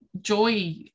joy